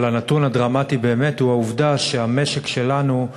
אבל הנתון הדרמטי באמת הוא העובדה שהמשק שלנו,